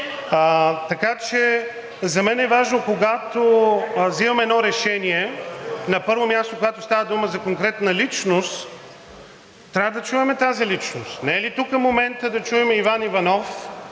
Така че за мен е важно, когато взимаме едно решение, на първо място, когато става дума за конкретна личност, трябва да чуваме тази личност. Не е ли тук моментът да чуем Иван Иванов